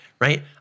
right